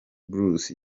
bruce